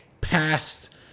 past